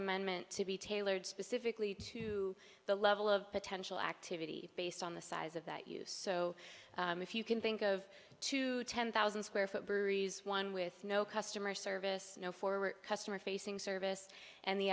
amendment to be tailored specifically to the level of potential activity based on the size of that use so if you can think of two ten thousand square foot breweries one with no customer service no forward customer facing service and the